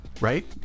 right